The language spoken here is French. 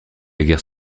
guerre